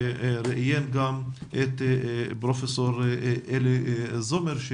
שראיין את פרופסור אלי זומר.